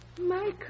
Michael